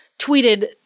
tweeted